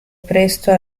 presto